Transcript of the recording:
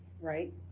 right